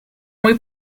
muy